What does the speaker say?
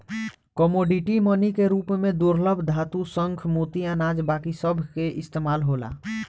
commodity money के रूप में दुर्लभ धातु, शंख, मोती, अनाज बाकी सभ के इस्तमाल होला